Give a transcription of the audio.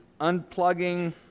unplugging